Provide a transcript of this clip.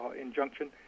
injunction